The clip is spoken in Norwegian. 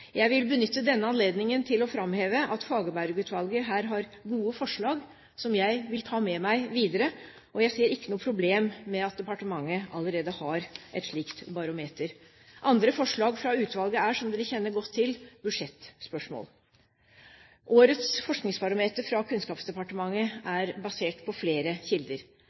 Jeg vil benytte anledningen til å framheve at Fagerberg-utvalget her har gode forslag som jeg vil ta med meg videre, og jeg ser ikke noe problem med at departementet allerede har et slikt barometer. Andre forslag fra utvalget er, som dere kjenner godt til, budsjettspørsmål. Årets forskningsbarometer fra Kunnskapsdepartementet er basert på flere kilder.